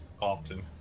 often